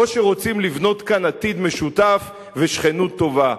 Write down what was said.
או שרוצים לבנות כאן עתיד משותף ושכנות טובה.